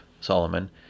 Solomon